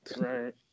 Right